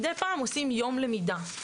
מדי פעם עושים יום למידה,